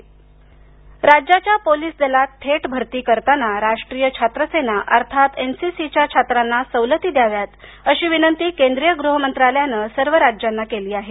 NCC राज्यांच्या police दलांत थेट भरती करताना राष्ट्रीय छात्र सेना अर्थात एनसीसी च्या छात्रांना सवलती द्याव्या अशी विनंती केंद्रीय गृह मंत्रालयानं सर्व राज्यांना केली आहे